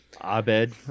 Abed